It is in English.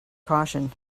caution